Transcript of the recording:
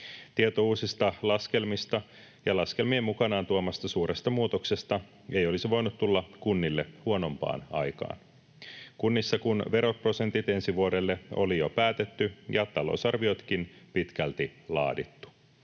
Tieto uusista laskelmista ja laskelmien mukanaan tuomasta suuresta muutoksesta ei olisi voinut tulla kunnille huonompaan aikaan, kunnissa kun veroprosentit ensi vuodelle oli jo päätetty ja talousarviotkin pitkälti laadittu.